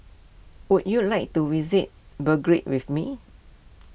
would you like to visit Belgrade with me